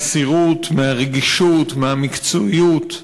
מהמסירות, מהרגישות, מהמקצועיות,